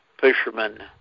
fishermen